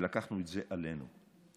שלקחנו את זה עלינו.